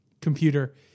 computer